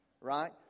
right